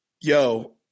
yo